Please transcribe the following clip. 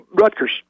Rutgers